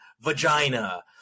vagina